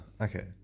Okay